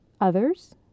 Others